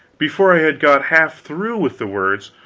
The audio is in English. before i had got half through with the words,